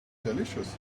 delicious